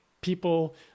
people